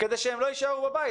כדי שהם לא יישארו בבית.